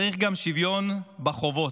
צריך גם שוויון בחובות.